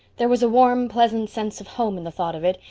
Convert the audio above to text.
there was a warm pleasant sense of home in the thought of it,